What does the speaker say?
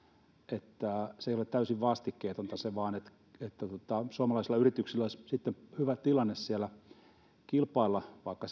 että se ei ole täysin vastikkeetonta se vain että suomalaisilla yrityksillä olisi sitten hyvä tilanne siellä kilpailla vaikka